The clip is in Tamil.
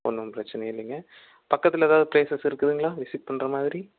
ஒன்றும் பிரச்சின இல்லைங்க பக்கத்தில் எதாவது பிளேசஸ் இருக்குதுங்களா விசிட் பண்ணுற மாதிரி